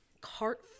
cart